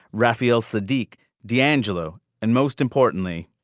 rafael saadiq d'angelo and most importantly